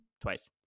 Twice